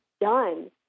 done